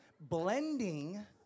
Blending